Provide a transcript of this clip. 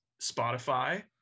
Spotify